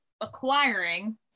acquiring